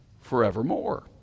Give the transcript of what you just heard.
forevermore